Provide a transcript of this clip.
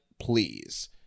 Please